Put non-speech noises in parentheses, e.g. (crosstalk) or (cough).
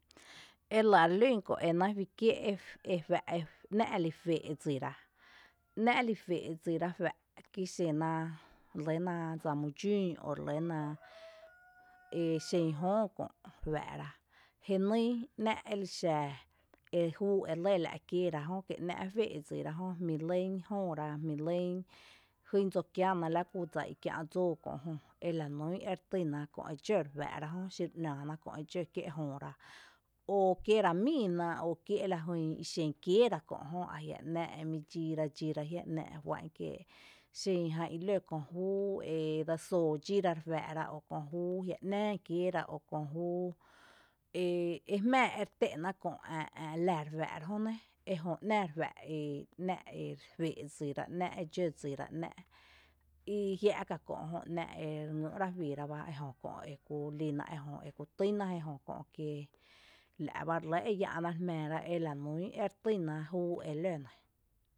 Jélⱥ re lún kö’ e náa´’ fí kié’ ejuⱥ’ e ná’a’ li fee’ (noise) dsira, ná’a’ li fee’ dsira fá’ kí xena relýna dsa my dxún relýna (noise) exen jöo kö’, fⱥ’ ra jnýy ‘ná’ elixa e júu e lɇ la’ kieera jö kí ´ná’ fee’ dsira jö jmí’ lɇn jööra jmí lɇn jin dsokiana la kú dsa i kiá’ (noise) dsoo kö’ jö ela nún ere týna köö e dxǿ xinu ‘naa ná köö e dxǿ kie’ jööra o kieera míi ná o kié’ lajyn ixen kieera kö’ jö, ajia’ ‘ná’ ere mí dxiira dxíra ajia’ ´na’ jua’n kie’ xen jan i lǿ köö júu edse soo dxíra re juⱥⱥ ra o Köö júu eajia’ ‘naa kieera, köö júu ere jmⱥⱥ ere té’na köö ä’ la re juⱥⱥ rajó nɇ jö ‘naa re juⱥ’ e ná’ e fee’ dsira, e ‘na’ e dxǿ dsira, i jia’ ka kö’ jö, ‘ná’ ere ngý’ra juiira bá ejö kö’ ekiulina ejö, eku týna je j¨kö’ kié la’ bá re lɇ e re yⱥ’ ná re jmⱥⱥ ra ela nún ere týna júu e lǿ nɇ.